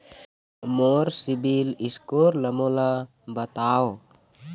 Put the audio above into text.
मोर CIBIL score ला मोला बताव?